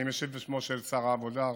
אני משיב בשמו של שר העבודה,